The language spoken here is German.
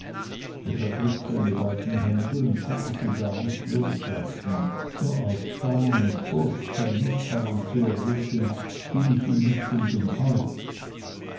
ich ergriff seine beiden hände und konnte sie gar nicht loslassen nur aus scham und furcht sein mißfallen zu erregen fiel ich ihm nicht um den hals